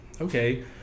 okay